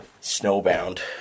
snowbound